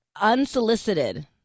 unsolicited